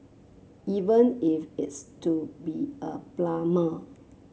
even if it's to be a plumber